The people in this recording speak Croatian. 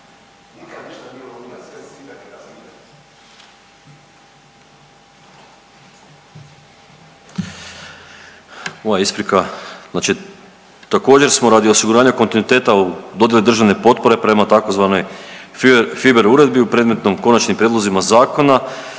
Moja isprika, znači također smo radi osiguranja kontinuiteta u dodjeli državne potpore prema tzv. FIBER uredbi u predmetnom konačnim prijedlozima zakona